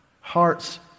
hearts